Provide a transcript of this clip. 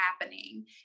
happening